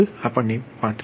77 angle અને degree 116